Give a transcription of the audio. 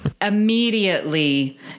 immediately